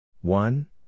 one